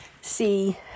see